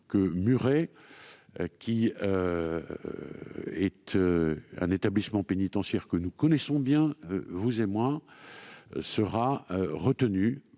que Muret, qui est un établissement pénitentiaire que nous connaissons bien, vous et moi, sera retenu